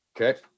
Okay